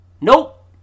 nope